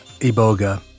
Iboga